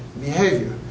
behavior